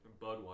Budweiser